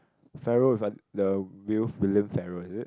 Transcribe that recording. Pharrell with uh the Will William-Pharrell is it